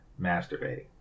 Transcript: masturbating